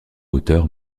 hauteur